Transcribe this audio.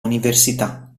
università